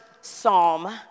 Psalm